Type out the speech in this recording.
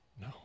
no